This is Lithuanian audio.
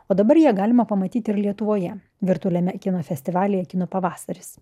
o dabar ją galima pamatyti ir lietuvoje virtualiame kino festivalyje kino pavasaris